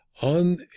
on